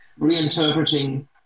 reinterpreting